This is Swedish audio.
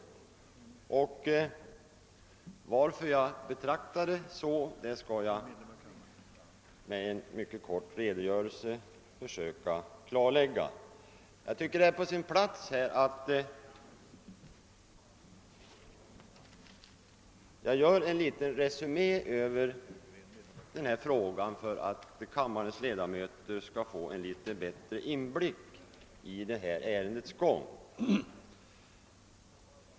Anledningen till att jag betraktar det så skall jag med en mycket kort redogörelse försöka klarlägga. Jag tycker att det är på sin plats att jag gör en liten resumt av denna fråga för att kammarens ledamöter skall få en bättre inblick i detta ärendes gång.